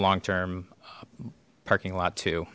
long term parking lot too